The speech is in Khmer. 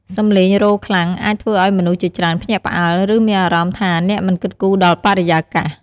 សំឡេងរោទ៍ខ្លាំងអាចធ្វើឲ្យមនុស្សជាច្រើនភ្ញាក់ផ្អើល ឬមានអារម្មណ៍ថាអ្នកមិនគិតគូរដល់បរិយាកាស។